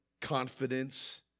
confidence